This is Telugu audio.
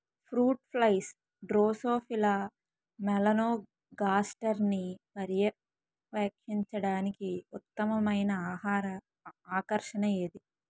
ఫ్రూట్ ఫ్లైస్ డ్రోసోఫిలా మెలనోగాస్టర్ని పర్యవేక్షించడానికి ఉత్తమమైన ఆహార ఆకర్షణ ఏది?